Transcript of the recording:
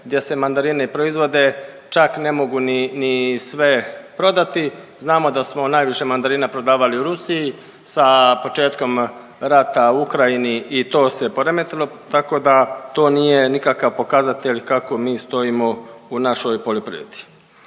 gdje se mandarine i proizvode čak ne mogu ni, ni sve prodati. Znamo da smo najviše mandarina prodavali u Rusiji sa početkom rata u Ukrajini i to se poremetilo tako da to nije nikakav pokazatelj kako mi stojimo u našoj poljoprivredi.